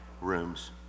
rooms